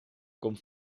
komt